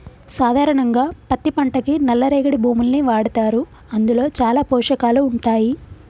సాధారణంగా పత్తి పంటకి నల్ల రేగడి భూముల్ని వాడతారు అందులో చాలా పోషకాలు ఉంటాయి